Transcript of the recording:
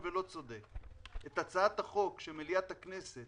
שאוהבים את העיר ורוצים לתרום לפיתוח העיר,